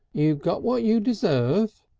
you got what you deserve,